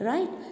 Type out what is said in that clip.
Right